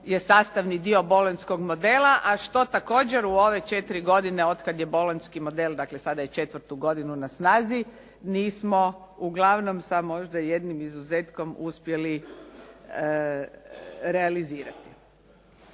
je sastavni dio bolonjskog modela, a što također u ove 4 godine od kad je bolonjski model, dakle sada je četvrtu godinu na snazi, nismo uglavnom sa možda jednim izuzetkom uspjeli realizirati.